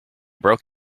broke